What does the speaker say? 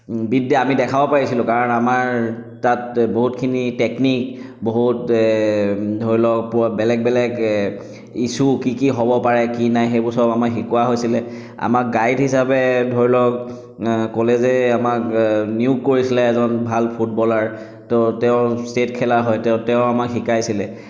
বিদ্যা আমি দেখাব পাৰিছিলোঁ কাৰণ আমাৰ তাত বহুতখিনি টেকনিক বহুত ধৰি লওক পূৰা বেলেগ বেলেগ ইচ্ছ্যু কি কি হ'ব পাৰে কি নাই সেইবোৰ চব আমাক শিকোৱা হৈছিলে আমাক গাইড হিচাপে ধৰি লওক কলেজে আমাক নিয়োগ কৰিছিলে এজন ভাল ফুটবলাৰ তো তেওঁ ষ্টেট খেলা হয় তো তেওঁ তেওঁ আমাক শিকাইছিলে